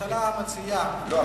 הממשלה מציעה, לא.